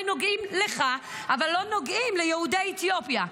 נוגעים לך אבל לא נוגעים ליהודי אתיופיה.